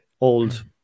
old